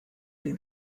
den